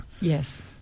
Yes